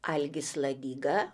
algis ladiga